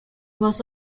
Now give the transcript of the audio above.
was